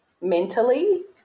mentally